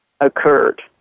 occurred